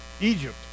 Egypt